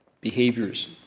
behaviors